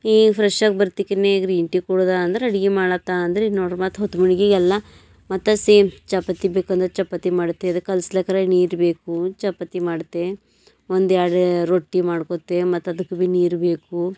ಈಗ ಫ್ರೆಶ್ ಆಗೇ ಬರತ್ತಿಕೆನೇ ಗ್ರೀನ್ ಟೀ ಕುಡಿದ ಅಂದರೆ ಅಡಿಗೆ ಅಡಿಗಿ ಮಾಡತ್ತಾ ಅಂದರೆ ನೋಡಿರಿ ಮತ್ತೆ ಹೊತ್ತು ಮುಳುಗಿಗೆ ಎಲ್ಲ ಮತ್ತೆ ಸೇಮ್ ಚಪಾತಿ ಬೇಕಂದರೆ ಚಪಾತಿ ಮಾಡ್ತೆ ಅದು ಕಲ್ಸಕರೇ ನೀರು ಬೇಕು ಚಪಾತಿ ಮಾಡ್ತೆ ಒಂದು ಎರಡು ರೊಟ್ಟಿ ಮಾಡ್ಕೋತೆ ಮತ್ತು ಅದಕ್ ಭೀ ನೀರು ಬೇಕು